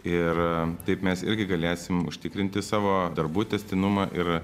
ir taip mes irgi galėsim užtikrinti savo darbų tęstinumą ir